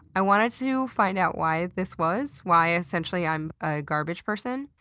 i wanted to find out why this was why, essentially, i'm a garbage person,